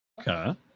Okay